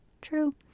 True